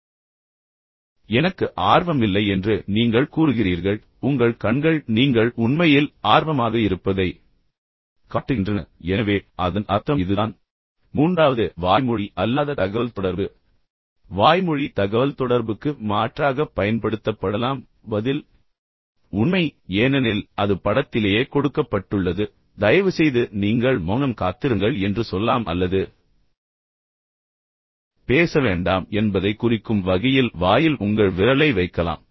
எனவே எனக்கு ஆர்வம் இல்லை என்று நீங்கள் கூறுகிறீர்கள் ஆனால் உங்கள் கண்கள் நீங்கள் உண்மையில் ஆர்வமாக இருப்பதை காட்டுகின்றன எனவே அதன் அர்த்தம் இதுதான் மூன்றாவது வாய்மொழி அல்லாத தகவல்தொடர்பு வாய்மொழி தகவல்தொடர்புக்கு மாற்றாகப் பயன்படுத்தப்படலாம் பதில் உண்மை ஏனெனில் அது படத்திலேயே கொடுக்கப்பட்டுள்ளது தயவுசெய்து நீங்கள் மௌனம் காத்திருங்கள் என்று சொல்லலாம் அல்லது பேச வேண்டாம் என்பதைக் குறிக்கும் வகையில் வாயில் உங்கள் விரலை வைக்கலாம்